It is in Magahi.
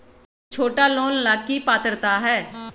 छोटा लोन ला की पात्रता है?